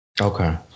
Okay